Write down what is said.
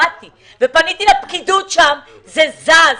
כשפניתי לפקידות שם זה התחיל לזוז.